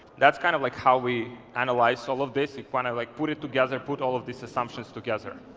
that's kind of like how we analyze so all of this, if wanna like put it together, put all of these assumptions together.